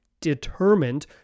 determined